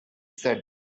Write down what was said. said